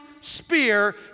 spear